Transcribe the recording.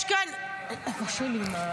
קשה לי.